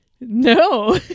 No